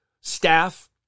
staff